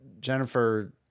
Jennifer